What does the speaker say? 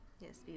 yes